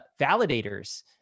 validators